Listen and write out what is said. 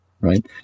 right